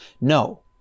No